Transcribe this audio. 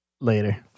Later